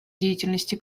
деятельности